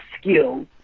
skills